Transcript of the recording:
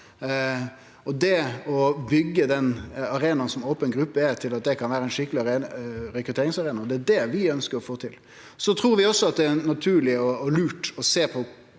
å bygge den arenaen som open gruppe er, til at det kan vere ein skikkeleg rekrutteringsarena, er det vi ønsker å få til. Vi trur også at det er naturleg og lurt å sjå på